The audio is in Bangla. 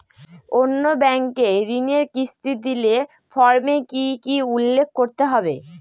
অন্য ব্যাঙ্কে ঋণের কিস্তি দিলে ফর্মে কি কী উল্লেখ করতে হবে?